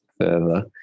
further